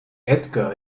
edgar